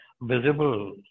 visible